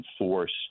enforce